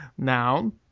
Noun